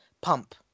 pump